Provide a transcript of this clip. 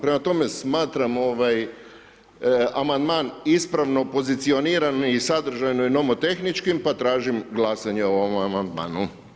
Prema tome smatram ovaj amandman ispravno pozicioniran i sadržajno i nomotehničkim, pa tražim glasanje o ovom amandmanu.